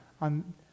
on